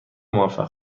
موفق